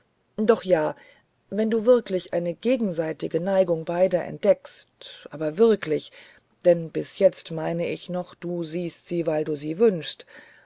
doch ja wenn du wirklich eine gegenseitige neigung beider entdeckst aber wirklich denn bis jetzt meine ich noch du siehst sie weil du sie wünschest